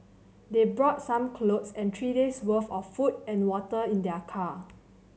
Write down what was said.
they brought some clothes and three day's worth of food and water in their car